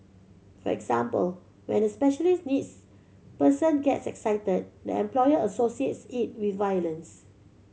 for example when a special needs person gets excited the employer associates it with violence